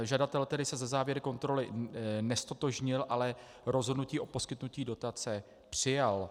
Žadatel se se závěry kontroly neztotožnil, ale rozhodnutí o poskytnutí dotace přijal.